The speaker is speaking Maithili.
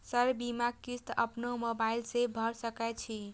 सर बीमा किस्त अपनो मोबाईल से भर सके छी?